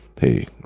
Hey